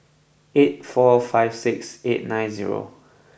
eight four five six eight nine zero